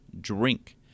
drink